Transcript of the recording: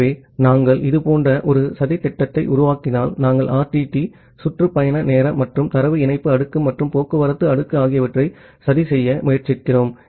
ஆகவே நாம் இதுபோன்ற ஒரு சதித்திட்டத்தை உருவாக்கினால் நாம் RTT சுற்று பயண நேரம் மற்றும் தரவு இணைப்பு லேயர் மற்றும் டிரான்ஸ்போர்ட் லேயர் ஆகியவற்றை சதி செய்ய முயற்சிக்கிறோம்